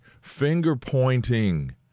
finger-pointing